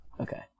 Okay